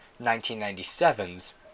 1997's